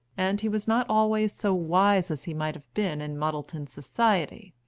and he was not always so wise as he might have been in muddleton society.